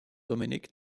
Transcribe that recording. dominik